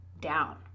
down